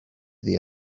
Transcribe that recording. the